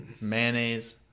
mayonnaise